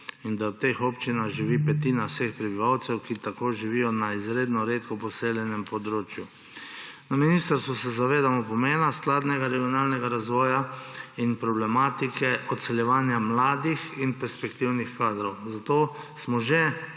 in da v teh občinah živi petina vseh prebivalcev, ki tako živijo na izredno redko poseljenem področju. Na ministrstvu se zavedamo pomena skladnega regionalnega razvoja in problematike odseljevanja mladih in perspektivnih kadrov, zato smo že